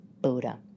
Buddha